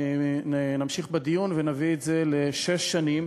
נמשיך בדיון ונביא את זה לשש שנים,